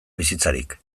bizitzarik